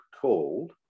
called